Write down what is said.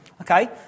Okay